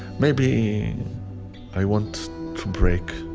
maybe i want to break,